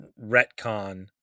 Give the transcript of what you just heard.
retcon